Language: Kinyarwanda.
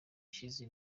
ishize